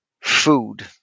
food